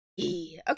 Okay